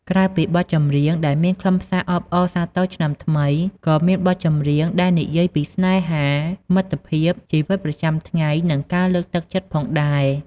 ក្រៅពីបទចម្រៀងដែលមានខ្លឹមសារអបអរសាទរឆ្នាំថ្មី ក៏មានបទចម្រៀងដែលនិយាយពីស្នេហា មិត្តភាព ជីវិតប្រចាំថ្ងៃ និងការលើកទឹកចិត្តផងដែរ។